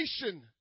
creation